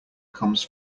comes